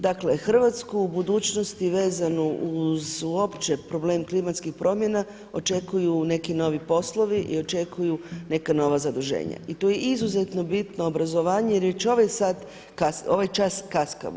Dakle, Hrvatsku u budućnosti vezanu uz uopće problem klimatskih promjena očekuju neki novi poslovi i očekuju neka nova zaduženja i tu je izuzetno bitno obrazovanje jer ovaj čas kaskamo.